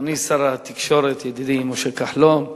אדוני שר התקשורת ידידי משה כחלון,